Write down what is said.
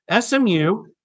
SMU